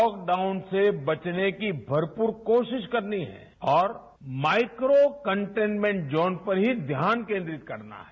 lockdown से बचने की भरपूर कोशिश करनी है और माइक्रो कंटेन्मेंट जोन पर ही ध्यान केन्द्रित करना है